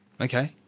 Okay